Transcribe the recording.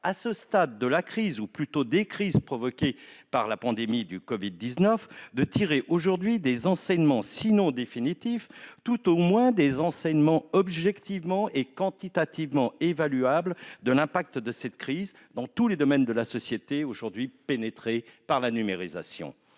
à ce stade de la crise, ou plutôt des crises provoquées par la pandémie du Covid-19, de tirer aujourd'hui des enseignements sinon définitifs, tout au moins objectivement et quantitativement évaluables, de l'impact de cet événement dans tous les domaines de la société aujourd'hui pénétrés par la numérisation.